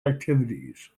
activities